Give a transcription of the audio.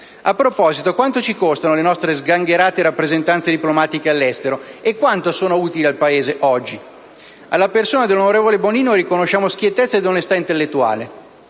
A proposito, quanto ci costano le nostre sgangherate rappresentanze diplomatiche all'estero? E quanto sono utili al Paese oggi? Alla persona del ministro Bonino riconosciamo schiettezza e onestà intellettuale.